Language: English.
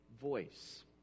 voice